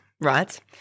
right